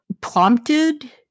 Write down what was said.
prompted